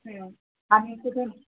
हां आणि कुठे